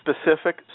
specific